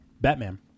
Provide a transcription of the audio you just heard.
Batman